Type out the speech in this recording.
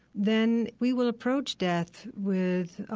then we will approach death with,